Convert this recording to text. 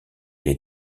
les